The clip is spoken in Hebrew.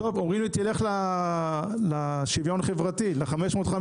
אומרים לי תלך לשוויון חברתי, ל-550